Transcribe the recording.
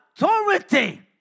authority